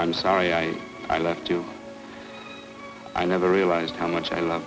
i'm sorry i left you i never realized how much i love